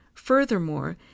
Furthermore